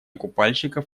купальщиков